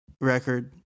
record